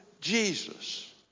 Jesus